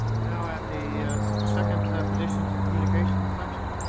we're now at the second petitions and communications section.